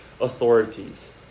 authorities